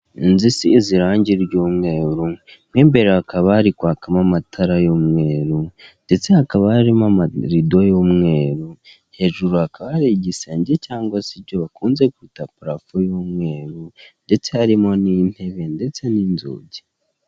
Inzu isize irangi ry'umweru mo imbere hakaba hari kwakamo amatara y'umweru ndetse hakaba harimo amarido y'umweru hejuru hakaba hari igisenge cyangwa se ibyo bakunze kwita parafu y'umweru ndetse harimo n'intebe ndetse n'inzugi.